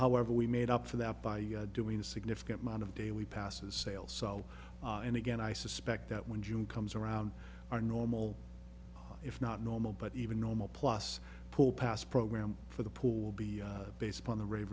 however we made up for that by doing a significant amount of daily passes sale so and again i suspect that when june comes around our normal if not normal but even normal plus pull pass program for the poor will be based upon